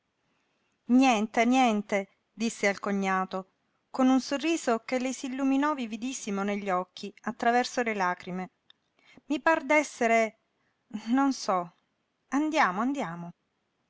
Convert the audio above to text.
niente niente disse al cognato con un sorriso che le s'illuminò vividissimo negli occhi attraverso le lagrime i par d'essere non so andiamo andiamo